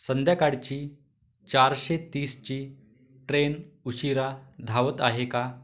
संध्याकाळची चारशे तीसची ट्रेन उशिरा धावत आहे का